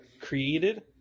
created